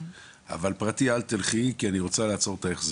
אבל פרטי אל תלכי כי אני רוצה לעצור את ההסדרים.